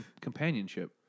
companionship